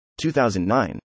2009